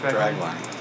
Dragline